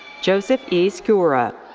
joseph e skura.